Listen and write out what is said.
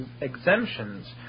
exemptions